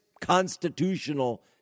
constitutional